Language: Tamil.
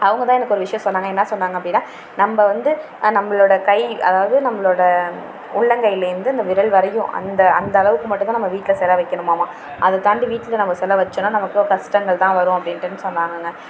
அவங்க தான் எனக்கொரு விஷயம் சொன்னாங்க என்னா சொன்னாங்க அப்படின்னா நம்ம வந்து நம்மளோட கை அதாவது நம்மளோட உள்ளங்கைலேருந்து அந்த விரல் வரையும் அந்த அந்த அளவுக்கு மட்டும்தான் நம்ம வீட்டில் சிலை வைக்கணுமாமா அதைத்தாண்டி வீட்டில் நம்ம சிலை வைச்சோன்னா நமக்கு கஷ்டங்கள் தான் வரும் அப்படின்ட்டுன்னு சொன்னாங்கங்க